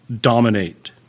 dominate